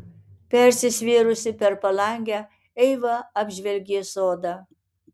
persisvėrusi per palangę eiva apžvelgė sodą